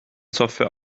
software